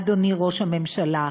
אדוני ראש הממשלה,